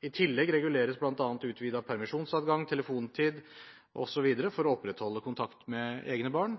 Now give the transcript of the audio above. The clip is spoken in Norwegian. I tillegg reguleres bl.a. utvidet permisjonsadgang, telefontid osv. for å opprettholde kontakt med egne barn,